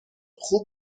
خوب